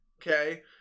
Okay